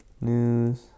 news